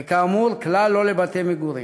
וכאמור, כלל לא לבתי מגורים.